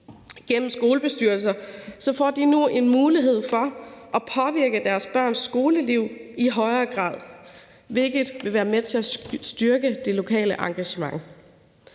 Gennem skolebestyrelser får de nu en mulighed for at påvirke deres børns skoleliv i højere grad, hvilket vil være med til at styrke det lokale engagement.